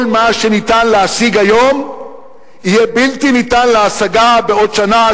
כל מה שניתן להשיג היום יהיה בלתי ניתן להשגה בעוד שנה,